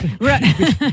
Right